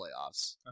playoffs